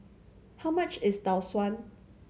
how much is Tau Suan